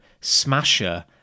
smasher